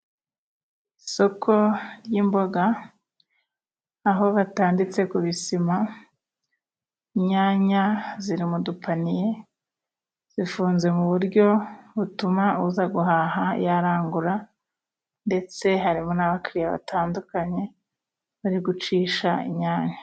Isoko ry'imboga aho batanditse ku bisima. Inyanya ziri mu dupaniye zifunze mu buryo butuma, uza guhaha yarangura. Ndetse harimo n'abakiriya batandukanye bari gucisha inyanya.